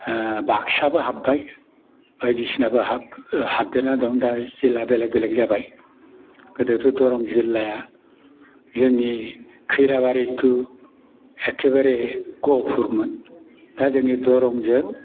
बाक्साबो हाबबाय बायदिसिनाबो हाबदेरना दं दा जिल्ला बेलेग बेलेग जाबाय गोदोथ' दरं जिल्लाया जोंनि खैराबारि थु एखेबारे गहपुरमोन दा जोंनि दरंनिजों